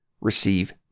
Receive